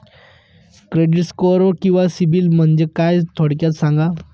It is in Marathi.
क्रेडिट स्कोअर किंवा सिबिल म्हणजे काय? थोडक्यात सांगा